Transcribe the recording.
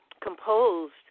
composed